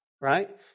right